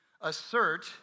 assert